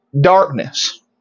darkness